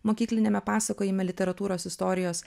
mokykliniame pasakojime literatūros istorijos